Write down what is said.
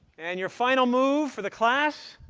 and your final move for the class